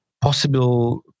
possible